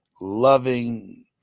loving